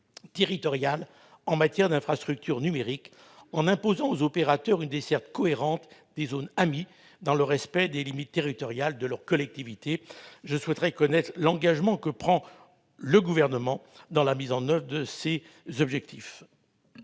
territoriale en matière d'infrastructure numérique, en imposant aux opérateurs une desserte cohérente des zones AMII, dans le respect des limites territoriales des collectivités. Je souhaite connaître les engagements du Gouvernement pour mettre en oeuvre ces objectifs.